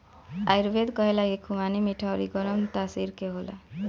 आयुर्वेद कहेला की खुबानी मीठा अउरी गरम तासीर के होला